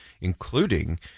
including